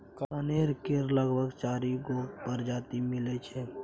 कनेर केर लगभग चारि गो परजाती मिलै छै